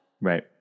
Right